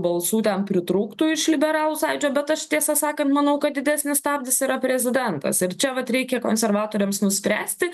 balsų tam pritrūktų iš liberalų sąjūdžio bet aš tiesą sakant manau kad didesnis stabdis yra prezidentas ir čia vat reikia konservatoriams nuspręsti